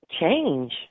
Change